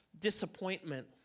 disappointment